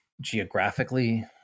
geographically